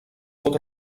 pot